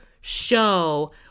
show